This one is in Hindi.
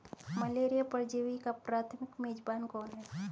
मलेरिया परजीवी का प्राथमिक मेजबान कौन है?